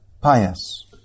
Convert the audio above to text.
pious